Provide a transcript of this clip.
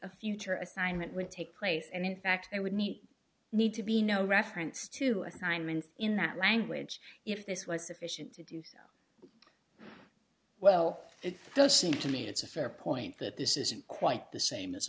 a future assignment would take place and in fact it would need need to be no reference to assignments in that language if this was sufficient to do so well it does seem to me it's a fair point that this isn't quite the same as